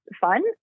fun